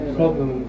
problem